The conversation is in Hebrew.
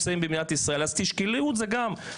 לסגור לאשרות את ארבע הלשכות הגדולות מ-14.5 לחודש